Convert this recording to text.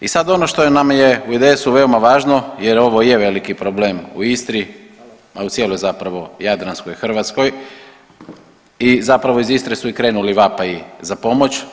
I sad ono što nam je IDS-u veoma važno, jer ovo je veliki problem u Istri, u cijeloj zapravo jadranskoj Hrvatskoj i zapravo iz Istre su i krenuli vapaji za pomoć.